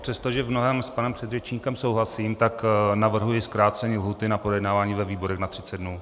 Přestože v mnohém s panem předřečníkem souhlasím, tak navrhuji zkrácení lhůty na projednávání ve výborech na 30 dnů.